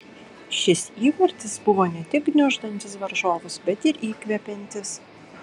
šis įvartis buvo ne tik gniuždantis varžovus bet ir įkvepiantis